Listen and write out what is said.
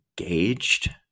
engaged